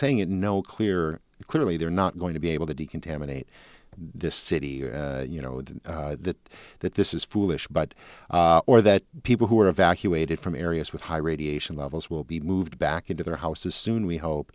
clear clearly they're not going to be able to decontaminate this city you know that that this is foolish but or that people who are evacuated from areas with high radiation levels will be moved back into their houses soon we hope